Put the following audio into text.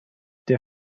der